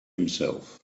himself